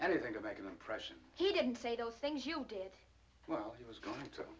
anything to make an impression he didn't say those things you did well he was going to